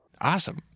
Awesome